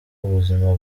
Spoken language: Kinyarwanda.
ubuzima